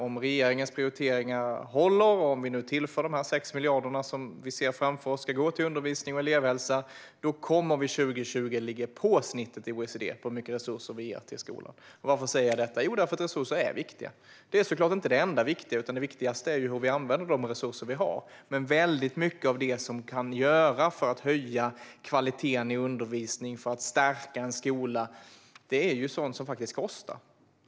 Om regeringens prioriteringar håller, och om vi tillför de 6 miljarder som ska gå till undervisning och elevhälsa, då kommer Sverige att 2020 ligga på snittet i OECD på hur mycket resurser som ges till skolan. Varför säger jag detta? Jo, därför att resurser är viktiga. De är såklart inte det enda viktiga, utan det viktigaste är hur vi använder de resurser som finns. Men mycket av det som kan göras för att höja kvaliteten i undervisningen för att stärka skolan är sådant som faktiskt kostar.